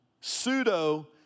Pseudo